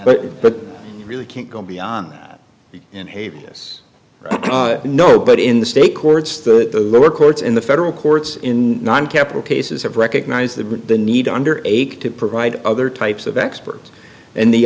but but really can't go beyond that and hate us no but in the state courts the lower courts in the federal courts in nine capital cases have recognized the need under aig to provide other types of experts and the